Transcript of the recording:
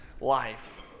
life